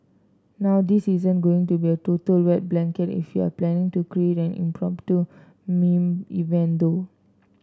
now this isn't going to be a total wet blanket if you're planning to create an impromptu meme event though